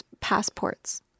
passports